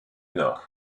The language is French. nord